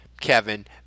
Kevin –